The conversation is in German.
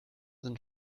sind